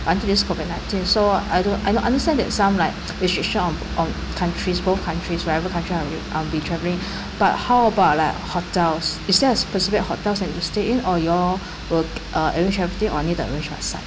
until this COVID nineteen so I do I I understand that some like restriction on on countries both countries whatever country I will I will be travelling but how about like hotels is there a specific hotels that you stay in or you all will uh arrange everything or I need to arrange myself